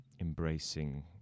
embracing